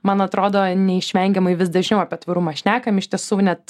man atrodo neišvengiamai vis dažniau apie tvarumą šnekam iš tiesų net